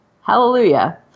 hallelujah